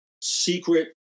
secret